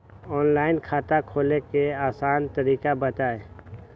Online खाता खोले के आसान तरीका बताए?